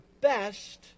best